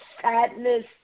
sadness